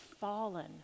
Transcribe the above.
fallen